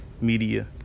media